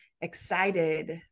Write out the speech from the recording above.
excited